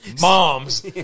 Moms